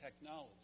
technology